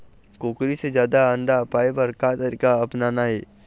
कुकरी से जादा अंडा पाय बर का तरीका अपनाना ये?